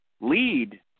lead